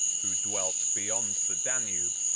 who dwelt beyond the danube,